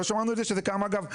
אגב,